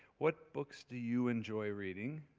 what books do you enjoy reading?